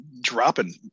dropping